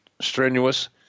strenuous